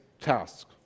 tasks